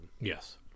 Yes